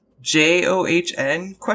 J-O-H-N